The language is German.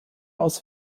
aus